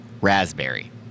Raspberry